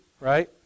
Right